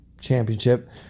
Championship